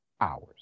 hours